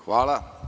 Hvala.